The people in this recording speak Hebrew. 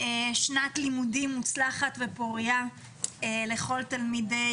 שנת לימודים מוצלחת ופורייה לכל תלמידי